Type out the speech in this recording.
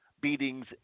beatings